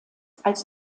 als